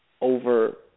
Over